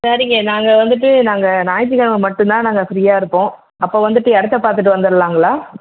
சரிங்க நாங்கள் வந்துட்டு நாங்கள் ஞாயிற்று கெழமை மட்டும்தான் நாங்கள் ஃப்ரீயாக இருப்போம் அப்போ வந்துட்டு இடத்த பார்த்துட்டு வந்துடலாங்களா